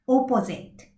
Opposite